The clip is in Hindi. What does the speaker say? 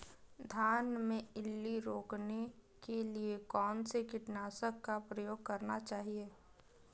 धान में इल्ली रोकने के लिए कौनसे कीटनाशक का प्रयोग करना चाहिए?